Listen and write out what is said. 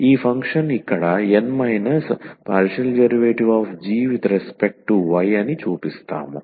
ఈ ఫంక్షన్ ఇక్కడ N ∂g∂y అని చూపిస్తాము